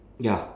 ya